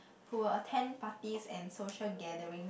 who will attend parties and social gathering